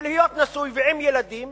שלהיות נשוי ועם ילדים